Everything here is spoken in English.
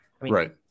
Right